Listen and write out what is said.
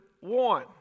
one